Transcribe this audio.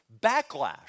backlash